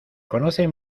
conocen